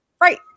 right